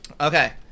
Okay